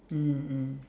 mm mm